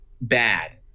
bad